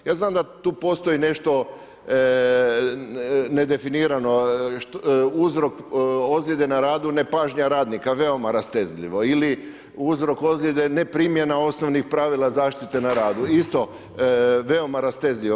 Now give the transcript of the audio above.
Ja znam da tu postoji nešto nedefinirano, uzrok ozljede na radu, nepažnja radnika, veoma rastezljivo, ili uzrok ozljede neprimjena osnovnih pravila zaštite na radu, isto veoma rastezljivo.